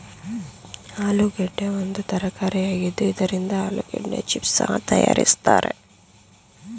ಆಲೂಗೆಡ್ಡೆ ಒಂದು ತರಕಾರಿಯಾಗಿದ್ದು ಇದರಿಂದ ಆಲೂಗೆಡ್ಡೆ ಚಿಪ್ಸ್ ಸಹ ತರಯಾರಿಸ್ತರೆ